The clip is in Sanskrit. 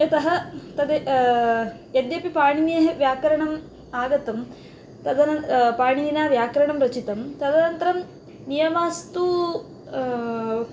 यतः तत् यद्यपि पाणिनेः व्याकरणम् आगतं तदननु पाणिनिना व्याकरणं रचितं तदनन्तरं नियमास्तु